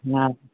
हा